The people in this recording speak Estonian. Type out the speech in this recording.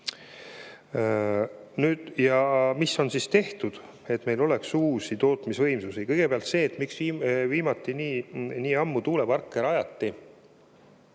Mis on tehtud, et meil oleks uusi tootmisvõimsusi? Kõigepealt sellest, miks viimati nii ammu tuuleparke rajati.